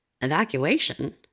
Evacuation